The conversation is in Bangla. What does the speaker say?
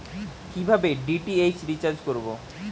কিভাবে ডি.টি.এইচ রিচার্জ করব?